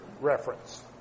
reference